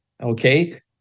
okay